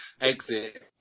exit